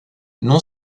non